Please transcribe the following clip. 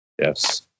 Yes